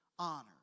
Honor